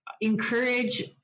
encourage